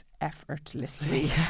effortlessly